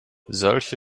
solche